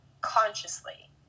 consciously